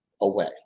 away